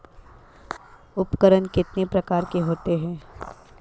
उपकरण कितने प्रकार के होते हैं?